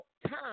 time